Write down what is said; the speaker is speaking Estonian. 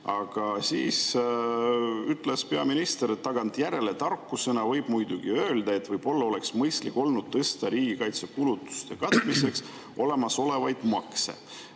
Aga siis ütles peaminister, et tagantjärele tarkusena võib muidugi öelda, et võib-olla oleks olnud mõistlik riigikaitsekulutuste katmiseks tõsta olemasolevaid makse.